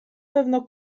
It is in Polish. pewno